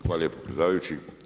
Hvala lijepa predsjedavajući.